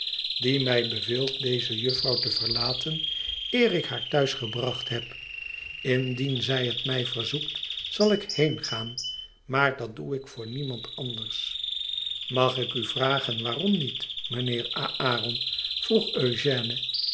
die mij beveelt deze juffer te verlaten eer ik haar thuis gebracht heb indien zij het mij verzoekt zal ik heengaan maar dat doe ik voor niemand anders mag ik u vragen waarom niet mijnheer aaron vroeg